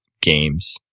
games